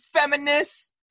feminists